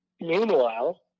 meanwhile